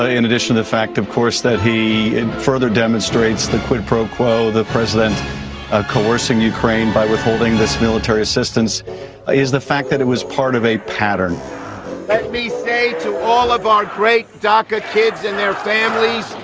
ah in addition, the fact, of course, that he further demonstrates the quid pro quo, the president of ah coercing ukraine by withholding this military assistance is the fact that it was part of a pattern let me say to all of our great doca kids and their families,